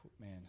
man